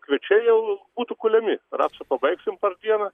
kviečiai jau būtų kuliami rapsą pabaigsim per dieną